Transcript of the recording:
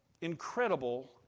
incredible